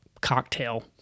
cocktail